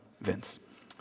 Vince